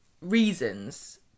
reasons